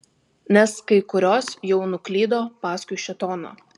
nes kai kurios jau nuklydo paskui šėtoną